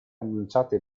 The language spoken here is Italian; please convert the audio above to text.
annunciate